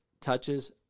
touches